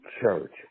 church